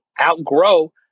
outgrow